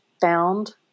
found